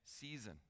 season